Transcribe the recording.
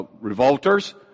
revolters